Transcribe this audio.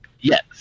Yes